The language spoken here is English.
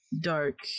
dark